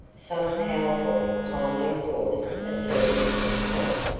some powerful, kindly force asserted itself,